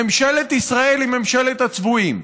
ממשלת ישראל היא ממשלת הצבועים.